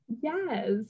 yes